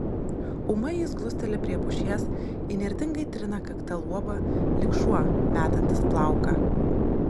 ūmai jis glusteli prie pušies įnirtingai trina kakta luobą lyg šuo metantis plauką